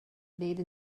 made